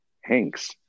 Hanks